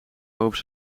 over